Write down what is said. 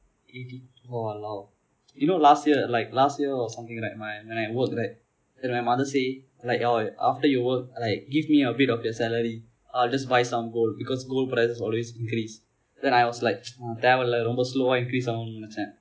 eighty !walao! you know last year like last year or something like my when I work right then my mother say like your after you work like give me a bit of your salary I'll just buy some gold because gold prices always increase that I was like தேவையில்லை ரொம்ப:thevaillai romba slow increase ஆகுமென்று நினைத்தேன்:aagum endru ninaithen